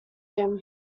him